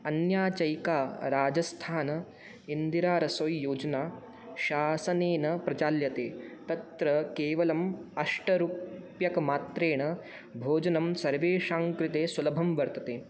अन्या चैका राजस्थान इन्दिरारसोई योजना शासनेन प्रचाल्यते तत्र केवलम् अष्टरूप्यकमात्रेण भोजनं सर्वेषाङ्कृते सुलभं वर्तते